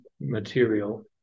material